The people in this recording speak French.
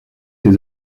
ses